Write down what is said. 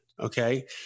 Okay